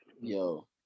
Yo